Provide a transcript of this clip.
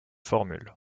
formule